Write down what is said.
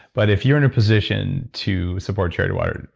but, if you're in a position to support charity water,